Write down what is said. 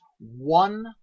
one